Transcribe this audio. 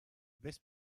this